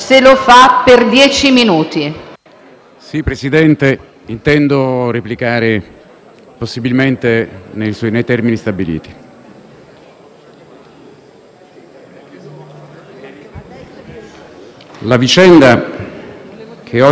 Il perimetro del nostro discorso è molto importante, perché altrimenti la nostra espressione potrebbe essere sindacata da altre istituzioni.